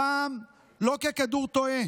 הפעם לא ככדור תועה